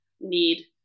need